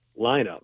lineup